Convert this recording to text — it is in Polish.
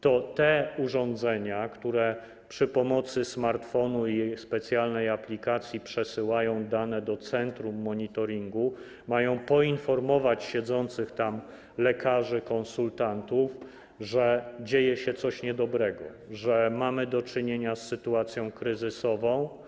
To te urządzenia, które przy pomocy smartfona i specjalnej aplikacji przesyłają dane do centrum monitoringu, mają poinformować siedzących tam lekarzy i konsultantów, że dzieje się coś niedobrego, że mamy do czynienia z sytuacją kryzysową.